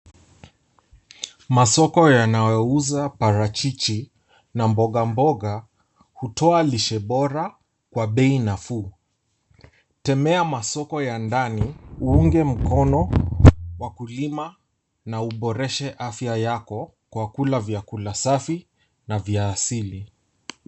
Masoko yanayouza parachichi na mboga mboga hutoa lishe bora kwa bei nafuu. Tembea masoko ya ndani uunge mkono wakulima na uboreshe afya yako kwa kula vyakula safi na vya asili.